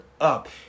up